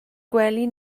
gwely